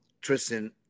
Tristan